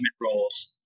roles